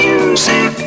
Music